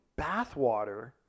bathwater